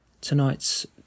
Tonight's